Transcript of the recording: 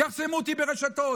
יחסמו אותי ברשתות.